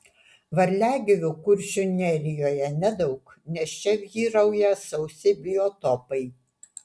varliagyvių kuršių nerijoje nedaug nes čia vyrauja sausi biotopai